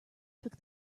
took